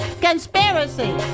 Conspiracy